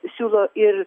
siūlo ir